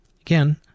Again